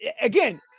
again